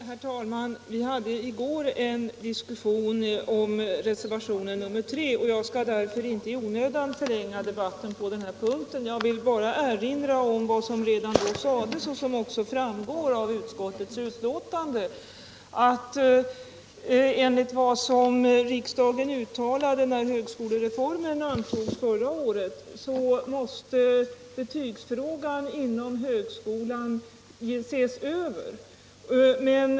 Herr talman! Vi hade i går en diskussion om reservationen 3, och jag skall därför inte i onödan förlänga debatten på den här punkten. Jag vill bara erinra om vad som då sades och som även framgår av utskottets betänkande. Enligt vad riksdagen uttalade när högskolereformen antogs förra året kommer betygsfrågan inom högskolan att ses över.